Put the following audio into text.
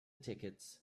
tickets